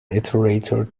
iterator